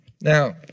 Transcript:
Now